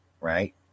Right